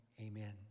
Amen